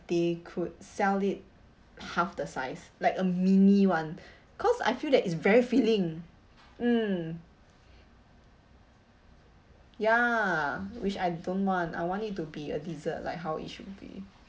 they could sell it half the size like a mini [one] cause I feel that is very filling mm ya which I don't want I want it to be a dessert like how it should be